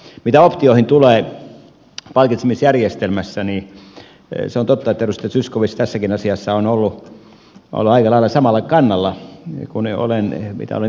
mitä optioihin tulee palkitsemisjärjestelmässä niin se on totta että edustaja zyskowicz tässäkin asiassa on ollut aika lailla samalla kannalla mitä olen itse ollut